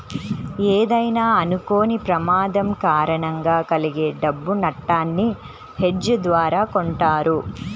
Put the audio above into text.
ఏదైనా అనుకోని ప్రమాదం కారణంగా కలిగే డబ్బు నట్టాన్ని హెడ్జ్ ద్వారా కొంటారు